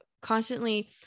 constantly